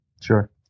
Sure